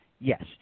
yes